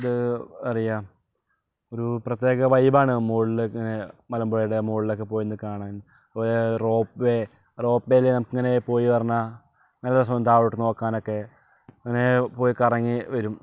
ഇത് പറയുക ഒരു പ്രത്യേക വൈബാണ് മുകളിങ്ങനെ മലമ്പുഴ ഡാം മുകളിലൊക്കെ പോയി ഒന്ന് കാണാൻ റോപ്പ് വേ റോപ്പ് വേയില് നമുക്കിങ്ങനെ പോയി പറഞ്ഞാൽ നല്ല രസമുണ്ട് താഴോട്ട് നോക്കാനൊക്കെ അങ്ങനെ പോയി കറങ്ങി വരും